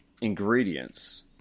ingredients